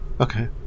Okay